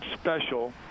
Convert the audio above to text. special